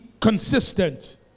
consistent